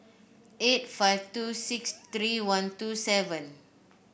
eight five two six three one two seven